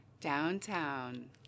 Downtown